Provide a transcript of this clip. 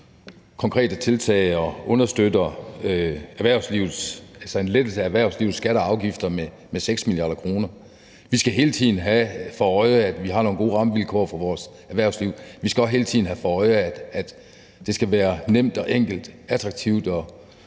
konkrete tiltag og understøtter en lettelse af erhvervslivets skatter og afgifter med 6 mia. kr. Vi skal hele tiden have for øje, at vi har nogle gode rammevilkår for vores erhvervsliv, og vi skal også hele tiden have for øje, at det skal være nemt, enkelt og attraktivt at